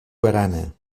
barana